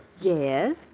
Yes